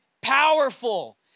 powerful